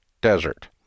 desert